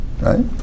right